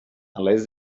unless